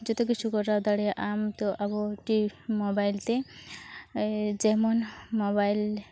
ᱡᱚᱛᱚ ᱠᱤᱪᱷᱩ ᱠᱚᱨᱟᱣ ᱫᱟᱲᱮᱭᱟᱜᱼᱟᱢ ᱛᱚ ᱟᱵᱚ ᱢᱚᱵᱟᱭᱤᱞᱛᱮ ᱡᱮᱢᱚᱱ ᱢᱚᱵᱟᱭᱤᱞ